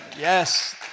Yes